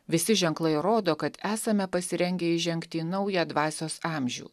visi ženklai rodo kad esame pasirengę įžengti į naują dvasios amžių